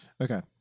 Okay